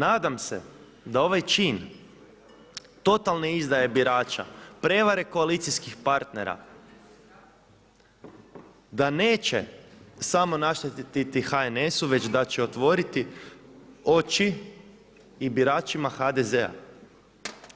Nadam se da ovaj čin totalne izdaje birača, prevare koalicijskih partnera da neće samo naštetiti HNS-u već da će otvoriti oči i biračima HDZ-a,